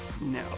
No